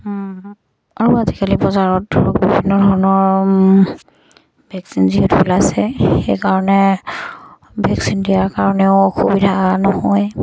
আৰু আজিকালি বজাৰত ধৰক বিভিন্ন ধৰণৰ ভেকচিন যিহেতু ওলাইছে সেইকাৰণে ভেকচিন দিয়াৰ কাৰণেও অসুবিধা নহয়